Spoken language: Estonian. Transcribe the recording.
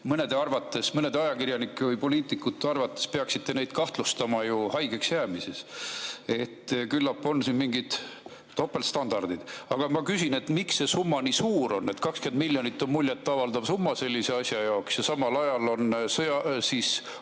ei panda. Mõnede ajakirjanike või poliitikute arvates peaksite neid kahtlustama haigeks jäämises. Küllap on siin mingid topeltstandardid. Aga ma küsin, miks see summa nii suur on. 20 miljonit on muljet avaldav summa sellise asja jaoks. Ja samal ajal on otseselt